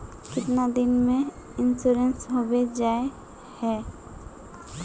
कीतना दिन में इंश्योरेंस होबे जाए है?